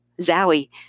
Zowie